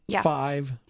five